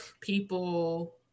people